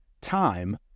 Time